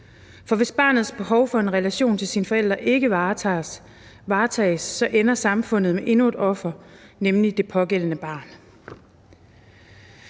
for hvis barnets behov for en relation til dets forældre ikke varetages, ender samfundet med endnu et offer, nemlig det pågældende barn.